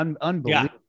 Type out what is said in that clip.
Unbelievable